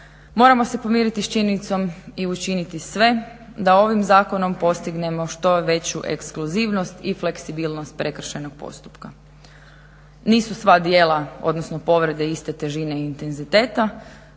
moramo se pomiriti s činjenicom i učiniti sve da ovim zakonom postignemo što veću ekskluzivnost i fleksibilnost prekršajnog postupka. Nisu sva djela, odnosno povrede, iste težine i intenziteta